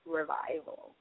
revival